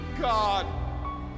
God